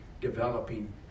developing